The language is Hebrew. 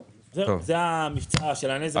זה המבצע של הנזק הישיר.